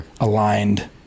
aligned